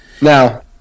Now